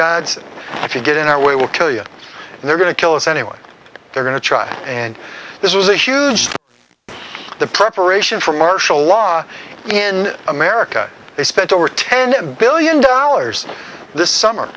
you get in our way we'll kill you and they're going to kill us anyway they're going to try and this was a huge the preparation for martial law in america they spent over ten billion dollars this summer